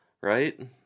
right